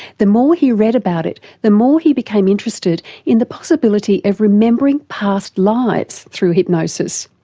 the more he read about it the more he became interested in the possibility of remembering past lives through hypnosis.